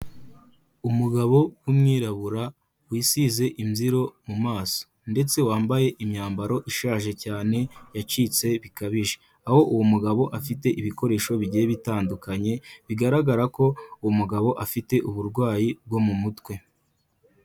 Umugabo w'umwirabura wisize imbyiro mu maso. Ndetse wambaye imyambaro ishaje cyane yacitse bikabije. Aho uwo mugabo afite ibikoresho bigiye bitandukanye, bigaragara ko uwo mugabo afite uburwayi bwo mu mutwe.